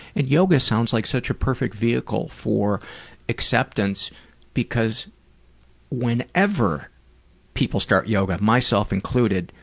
and yoga sounds like such a perfect vehicle for acceptance because whenever people start yoga, myself included,